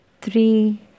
Three